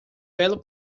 belo